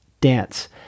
Dance